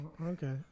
Okay